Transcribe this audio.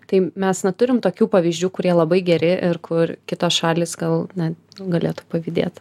tai mes na turim tokių pavyzdžių kurie labai geri ir kur kitos šalys gal net galėtų pavydėt